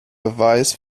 beweis